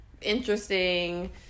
interesting